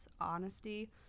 honesty